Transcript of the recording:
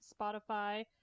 spotify